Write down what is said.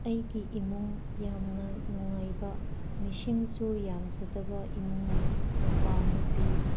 ꯑꯩꯒꯤ ꯑꯃꯨꯡ ꯌꯥꯝꯅ ꯅꯨꯉꯥꯏꯕ ꯃꯤꯁꯤꯡꯁꯨ ꯌꯥꯝꯖꯗꯕ ꯏꯃꯨꯡꯅꯤ ꯅꯨꯄꯥ ꯅꯨꯄꯤ